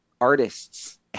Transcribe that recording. artists